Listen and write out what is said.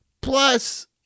Plus